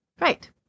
Right